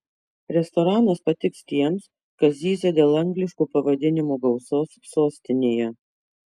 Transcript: restoranas patiks tiems kas zyzia dėl angliškų pavadinimų gausos sostinėje